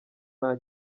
nta